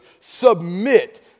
submit